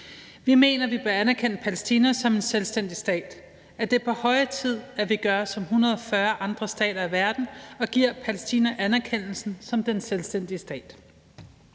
Vi mener, vi bør anerkende Palæstina som en selvstændig stat; at det er på høje tid, at vi gør som 140 andre stater i verden og giver Palæstina anerkendelsen som den selvstændige stat.